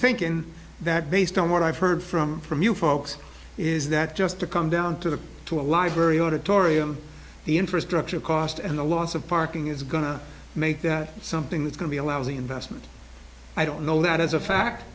think in that based on what i've heard from from you folks is that just to come down to the to a library auditorium the infrastructure cost and the loss of parking is going to make that something that's going to be a lousy investment i don't know that as a fact